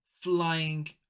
flying